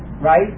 right